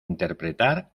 interpretar